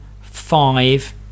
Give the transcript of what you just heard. five